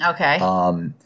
Okay